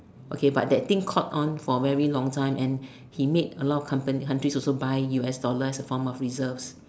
okay but that thing caught on for very long time and he made a lot of companies until also buy U_S dollars as a form of reserve